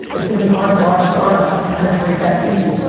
it's gonna be hard for our startups to penetrate that feed.